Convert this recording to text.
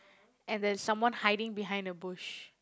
and there's someone hiding behind the bush